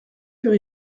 sur